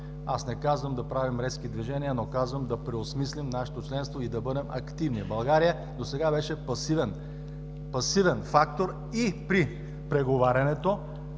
Аз не казвам да правим резки движения, но казвам да преосмислим нашето членство и да бъдем активни. България досега беше пасивен фактор и при преговарянето,